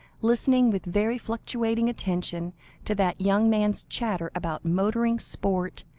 listening with very fluctuating attention to that young man's chatter, about motoring, sport,